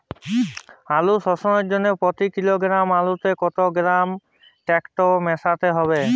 আলু শোধনের জন্য প্রতি কিলোগ্রাম আলুতে কত গ্রাম টেকটো মেশাতে হবে?